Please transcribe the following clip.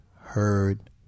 heard